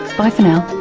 bye for now